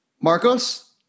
Marcos